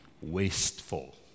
wasteful